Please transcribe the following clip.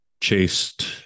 chased